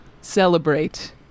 celebrate